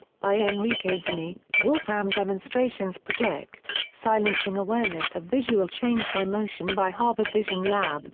by enrique zeleny, wolfram demonstrations project silencing awareness of visual change by motion by harvard vision lab